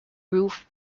roof